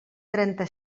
trenta